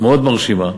מאוד מרשימה.